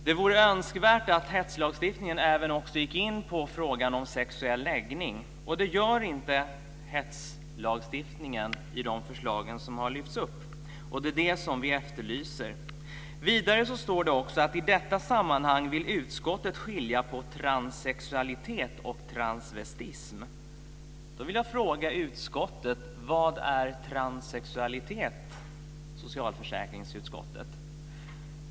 Det vore önskvärt att hetslagstiftningen även gick in på frågan om sexuell läggning. Det gör inte hetslagstiftningen i de förslag som har lyfts upp. Det är det som vi efterlyser. Vidare står det också: "I detta sammanhang vill utskottet skilja på transsexualitet och transvestism." Då vill jag fråga socialförsäkringsutskottet: Vad är transsexualitet?